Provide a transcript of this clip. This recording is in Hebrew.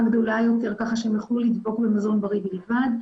גדולה יותר כך שהן יוכלו לדבוק במזון בריא בלבד,